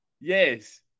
Yes